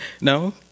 No